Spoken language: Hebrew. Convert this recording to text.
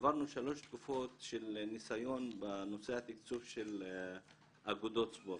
עברנו שלוש תקופות של ניסיון בנושא התקצוב של אגודות ספורט.